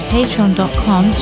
patreon.com